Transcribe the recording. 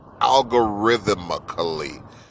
algorithmically